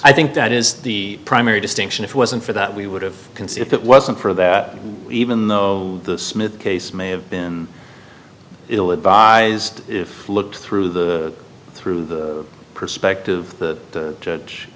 i think that is the primary distinction if it wasn't for that we would've can see if it wasn't for that even though the smith case may have been ill advised if you look through the through the perspective of the judge